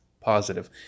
positive